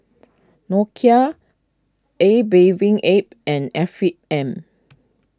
Nokia A Bathing Ape and Afiq M